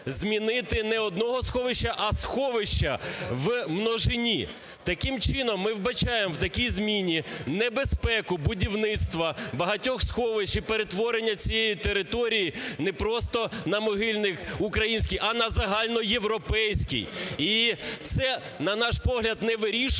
змінити не "одного сховища", а "сховища" в множині. Таким чином, ми вбачаємо в такій зміні небезпеку будівництва багатьох сховищ і перетворення цієї території не просто на могильник український, а на загальноєвропейський. І це, на наш погляд, не вирішує